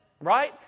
right